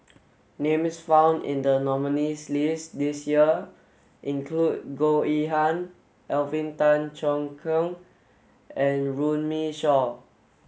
names found in the nominees' list this year include Goh Yihan Alvin Tan Cheong Kheng and Runme Shaw